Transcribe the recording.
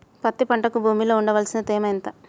పత్తి పంటకు భూమిలో ఉండవలసిన తేమ ఎంత?